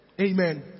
Amen